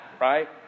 right